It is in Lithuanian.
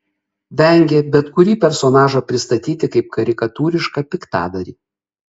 vengė bet kurį personažą pristatyti kaip karikatūrišką piktadarį